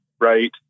right